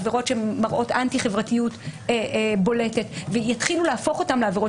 עבירות שמראות אנטי חברתיות בולטת ויתחילו להפוך אותן לעבירות